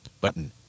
button